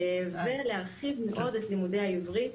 אנחנו רוצים להרחיב מאוד את לימודי העברית,